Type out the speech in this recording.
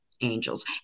angels